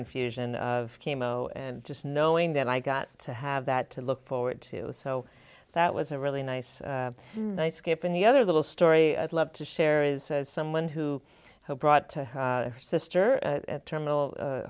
infusion of chemo and just knowing that i got to have that to look forward to so that was a really nice skip and the other little story i'd love to share is someone who has brought to her sister at terminal